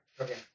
Okay